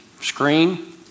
screen